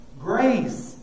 Grace